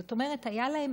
זאת אומרת, היה להם